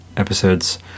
episodes